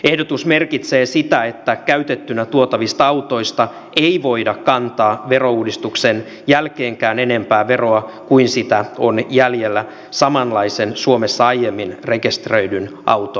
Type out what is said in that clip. ehdotus merkitsee sitä että käytettynä tuotavista autoista ei voida kantaa verouudistuksen jälkeenkään enempää veroa kuin sitä on jäljellä samanlaisen suomessa aiemmin rekisteröidyn auton arvossa